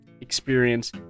experience